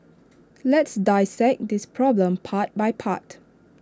let's dissect this problem part by part